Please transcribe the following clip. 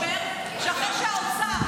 רון כץ,